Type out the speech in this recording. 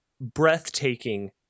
breathtaking